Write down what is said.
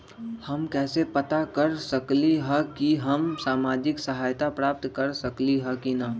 हम कैसे पता कर सकली ह की हम सामाजिक सहायता प्राप्त कर सकली ह की न?